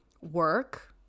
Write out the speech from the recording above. work